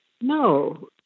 No